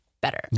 better